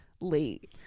late